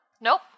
Nope